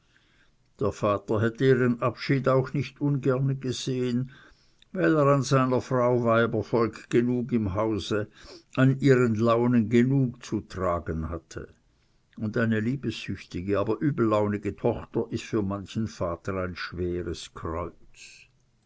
der vater hätte ihren abschied auch nicht ungerne gesehen weil er an seiner frau weibervolk genug im hause an ihren launen genug zu tragen hatte und eine liebesüchtige aber übellaunige tochter ist für manchen vater ein schweres kreuz